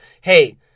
hey